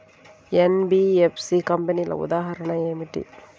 NBFC కంపెనీల ఉదాహరణ ఏమిటి?